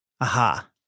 Aha